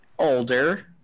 older